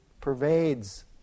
pervades